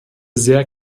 sehr